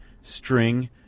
string